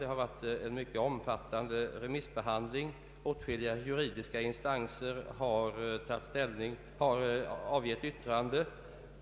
Det har varit ett mycket omfattande remissförfarande, och åtskilliga juridiska instanser har avgivit yttrande.